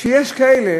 שיש כאלה